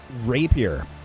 rapier